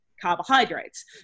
carbohydrates